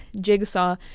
Jigsaw